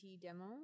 demo